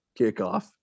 kickoff